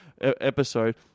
episode